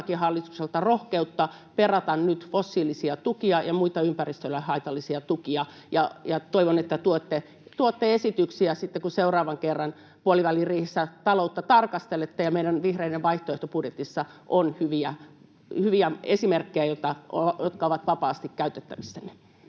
hallitukselta rohkeutta perata nyt fossiilisia tukia ja muita ympäristölle haitallisia tukia. Toivon, että tuotte esityksiä sitten, kun seuraavan kerran puoliväliriihessä taloutta tarkastelette. Meidän vihreiden vaihtoehtobudjetissa on hyviä esimerkkejä, jotka ovat vapaasti käytettävissänne.